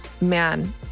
man